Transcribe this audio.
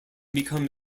become